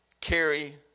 carry